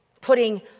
putting